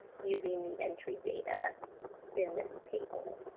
using the entry data in this table.